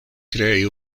krei